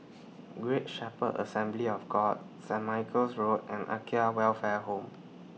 Great Shepherd Assembly of God Saint Michael's Road and Welfare Home